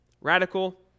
radical